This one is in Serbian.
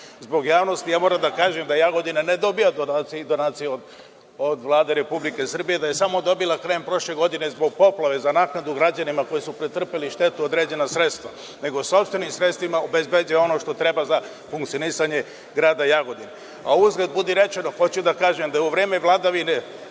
javnosti, moram da kažem da Jagodina ne dobija donacije od Vlade Republike Srbije, da je samo dobila krajem prošle godine zbog poplave za naknadu građanima koji su pretrpeli štetu određena sredstva, nego sopstvenim sredstvima obezbeđuje ono što treba za funkcionisanje grada Jagodine. Uzgred, budi rečeno, hoću da kažem da u vreme vladavine